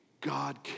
God